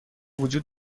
وجود